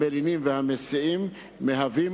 המלינים והמסיעים מהווים,